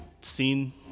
seen